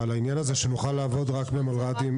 אבל העניין הזה שנוכל לעבוד רק במלר"דים,